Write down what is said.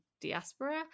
diaspora